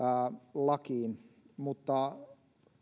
lakiin mutta